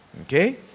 okay